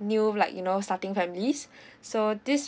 new like you know starting families so these